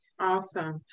Awesome